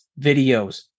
videos